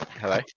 Hello